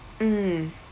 mm